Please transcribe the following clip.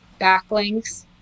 backlinks